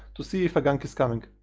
to see if a gank is coming.